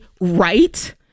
right